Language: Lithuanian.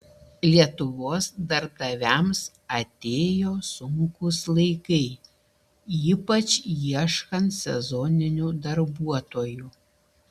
lietuvos darbdaviams atėjo sunkūs laikai ypač ieškant sezoninių darbuotojų